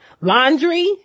Laundry